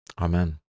Amen